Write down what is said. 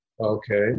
Okay